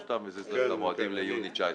או שאתה מזיז את המועדים ליוני 2019?